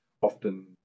often